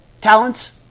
Talents